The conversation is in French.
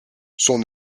son